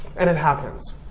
and it happens.